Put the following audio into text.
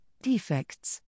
Defects